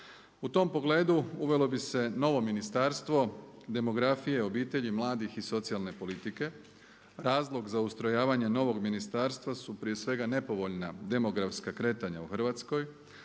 U tom pogledu uvelo bi se novo Ministarstvo demografije, obitelji, mladih i socijalne politike. Razlog za ustrojavanje novog ministarstva su prije svega nepovoljna demografska kretanja u Hrvatskoj